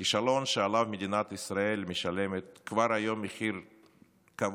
כישלון שעליו מדינת ישראל משלמת כבר היום מחיר כבד,